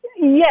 Yes